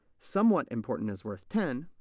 somewhat important is worth ten.